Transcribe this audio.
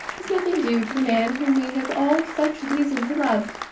is nothing due to the man whom we have all such reason to love,